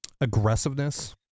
aggressiveness